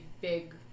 big